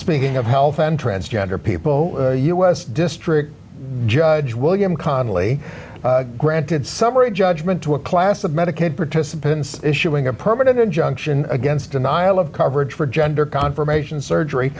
speaking of health and transgender people u s district judge william conley granted summary judgment to a class of medicaid participants issuing a permanent injunction against denial of coverage for gender confirmation surgery